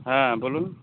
হ্যাঁ বলুন